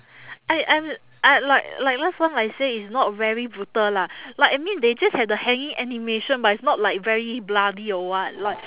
I I'm I like like last time I say it's not very brutal lah like I mean they just have the hanging animation but it's not like very bloody or [what] like